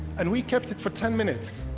and we kept it for ten minutes,